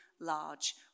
large